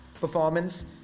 performance